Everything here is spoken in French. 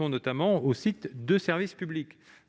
notamment les sites des services publics.